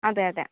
അതെയതെ